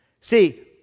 See